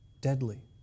deadly